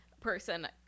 person